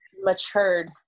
matured